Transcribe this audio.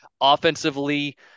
Offensively